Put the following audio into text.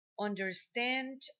understand